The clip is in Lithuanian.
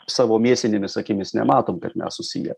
savo mėsinėmis akimis nematom kad nesusiję